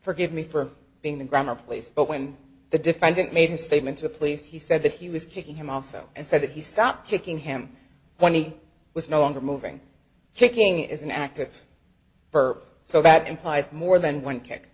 forgive me for being the grammar place but when the defendant made a statement to police he said that he was kicking him also and said that he stopped kicking him when he was no longer moving kicking is an active her so that implies more than one kick